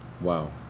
wow